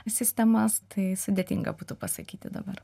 sistemas tai sudėtinga būtų pasakyti dabar